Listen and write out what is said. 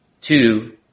two